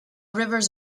rivers